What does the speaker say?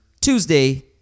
Tuesday